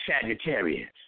Sagittarius